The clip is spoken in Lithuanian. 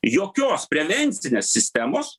jokios prevencinės sistemos